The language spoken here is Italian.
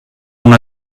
una